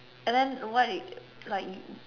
and then what if like